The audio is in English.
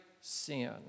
sin